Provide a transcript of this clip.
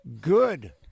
good